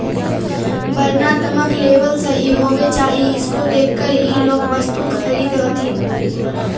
वर्णात्मक लेबल सही होवे चाहि इसको देखकर ही लोग वस्तु खरीदअ हथीन